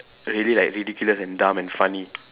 really like ridiculous and dumb and funny